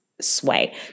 sway